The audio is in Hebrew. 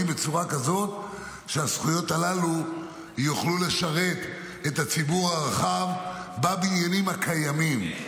בצורה כזאת שהזכויות הללו יוכלו לשרת את הציבור הרחב בבניינים הקיימים.